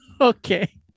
okay